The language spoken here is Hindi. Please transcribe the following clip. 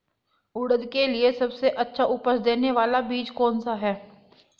उड़द के लिए सबसे अच्छा उपज देने वाला बीज कौनसा है?